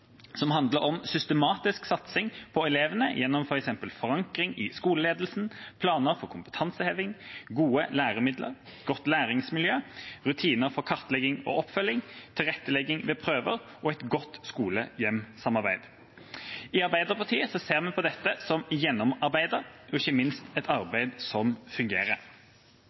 som handler om systematisk satsing på elevene gjennom f.eks. forankring i skoleledelsen, planer for kompetanseheving, gode læremidler, godt læringsmiljø, rutiner for kartlegging og oppfølging, tilrettelegging ved prøver og et godt skole–hjem-samarbeid. I Arbeiderpartiet ser vi på dette som gjennomarbeidet og ikke minst et arbeid som fungerer.